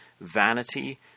vanity